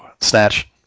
snatch